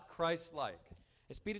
Christ-like